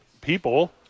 people